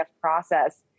process